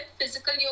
physical